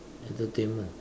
entertainment